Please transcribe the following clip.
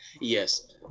Yes